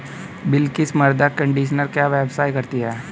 बिलकिश मृदा कंडीशनर का व्यवसाय करती है